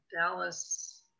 Dallas